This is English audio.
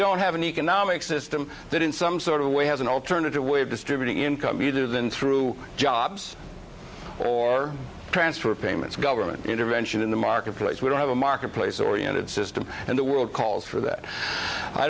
don't have an economic system that in some sort of way has an alternative way of distributing income either than through jobs or transfer payments government intervention in the marketplace we don't have a marketplace oriented system and the world calls for that i